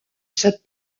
cette